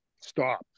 stop